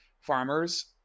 farmers